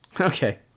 Okay